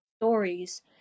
stories